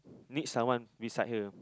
need someone beside her